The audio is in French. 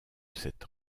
cette